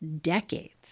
decades